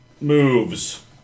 moves